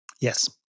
Yes